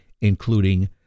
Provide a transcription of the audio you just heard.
including